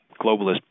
globalist